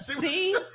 See